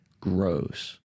grows